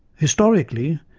historically,